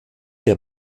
der